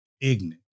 ignorant